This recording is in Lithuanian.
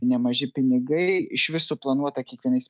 nemaži pinigai išvis suplanuota kiekvienais